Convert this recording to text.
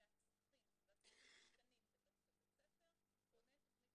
והצרכים המשתנים בתוך בית הספר בונה את תוכנית